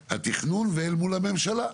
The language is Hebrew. אנשי התכנון ואל מול הממשלה.